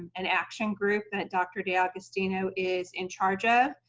an action group that dr. d'agostino is in charge of.